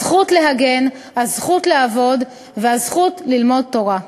הזכות להגן, הזכות לעבוד והזכות ללמוד תורה.